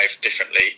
differently